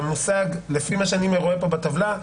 לפי מה שאני רואה בטבלה,